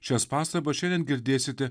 šias pastabas šiandien girdėsite